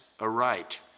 aright